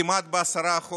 כמעט ב-10%,